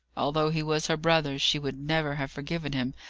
although he was her brother, she would never have forgiven him,